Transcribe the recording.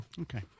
okay